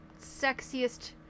sexiest